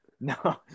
No